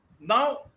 now